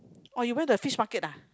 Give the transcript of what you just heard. oh you went to the Fish Market ah